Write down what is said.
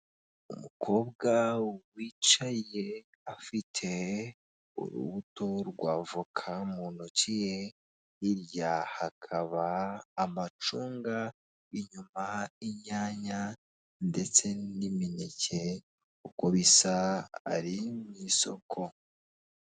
Umukobwa wicaye afite urubuto rw'avoka mu ntoki ye hirya hakaba amacunga inyuma inyanya ndetse n'imineke uko bisa ari mu isoko.